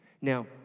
Now